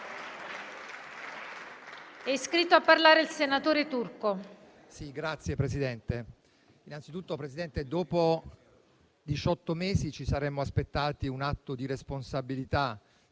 È iscritto a parlare il senatore Monti.